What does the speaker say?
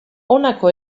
honako